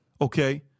okay